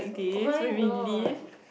why not